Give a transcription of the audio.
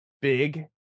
big